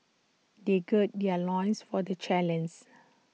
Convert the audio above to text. they gird their loins for the